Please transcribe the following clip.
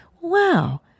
Wow